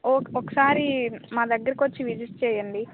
ఒకసారి మా దగ్గరకు వచ్చి విజిట్ చేయండి